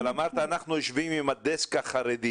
אבל אמרת: אנחנו יושבים עם הדסק החרדי.